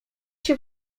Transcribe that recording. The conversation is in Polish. się